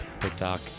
TikTok